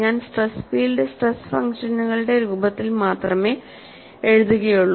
ഞാൻ stress field stress ഫംഗ്ഷനുകളുടെ രൂപത്തിൽ മാത്രമേ എഴുതുകയുള്ളൂ